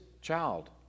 child